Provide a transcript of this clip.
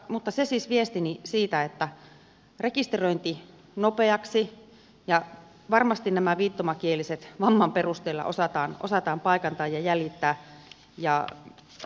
mutta se on siis viestini että rekisteröinti nopeaksi ja varmasti nämä viittomakieliset vamman perusteella osataan paikantaa ja jäljittää